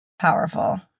powerful